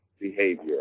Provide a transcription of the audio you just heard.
behavior